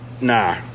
Nah